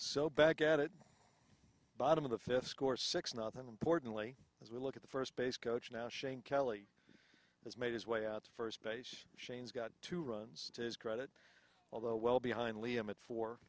so back at it bottom of the fifth score six nothing importantly as we look at the first base coach now shane kelly has made his way out to first base shane's got two runs to his credit although well behind liam it for